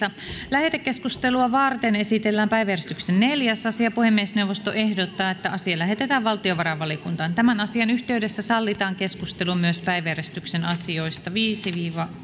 lähetekeskustelua varten esitellään päiväjärjestyksen neljäs asia puhemiesneuvosto ehdottaa että asia lähetetään valtiovarainvaliokuntaan tämän asian yhteydessä sallitaan keskustelu myös päiväjärjestyksen asioista viisi